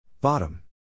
Bottom